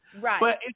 Right